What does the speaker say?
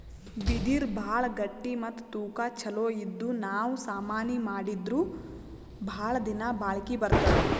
ಬಿದಿರ್ ಭಾಳ್ ಗಟ್ಟಿ ಮತ್ತ್ ತೂಕಾ ಛಲೋ ಇದ್ದು ನಾವ್ ಸಾಮಾನಿ ಮಾಡಿದ್ರು ಭಾಳ್ ದಿನಾ ಬಾಳ್ಕಿ ಬರ್ತದ್